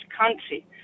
country